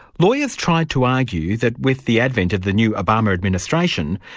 lawyers tried to argue that with the advent of the new obama administration,